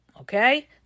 Okay